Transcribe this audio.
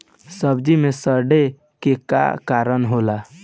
सब्जी में सड़े के का कारण होला?